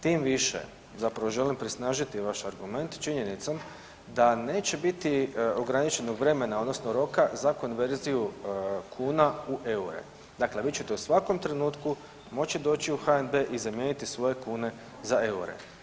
Tim više zapravo želim prisnažiti vaš argument činjenicom da neće biti ograničenog vremena odnosno roka za konverziju kuna u eure, dakle vi ćete u svakom trenutku moći doći u HNB i zamijeniti svoje kune za eure.